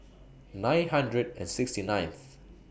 nine hundred and sixty ninth